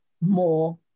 more